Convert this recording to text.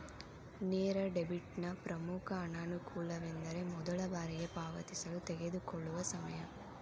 ನೇರ ಡೆಬಿಟ್ನ ಪ್ರಮುಖ ಅನಾನುಕೂಲವೆಂದರೆ ಮೊದಲ ಬಾರಿಗೆ ಪಾವತಿಸಲು ತೆಗೆದುಕೊಳ್ಳುವ ಸಮಯ